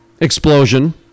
explosion